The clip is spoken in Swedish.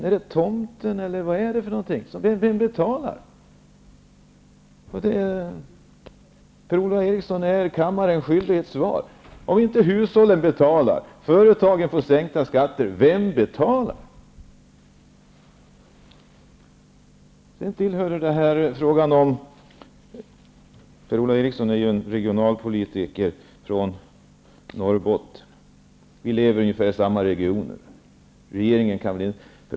Är det tomten, eller vem är det? Per-Ola Eriksson är skyldig kammaren ett svar. Om inte hushållen betalar och företagen får sänkta skatter -- vem betalar? Per-Ola Eriksson är ju regionalpolitiker från Norrbotten och lever i ungefär samma typ av region som jag.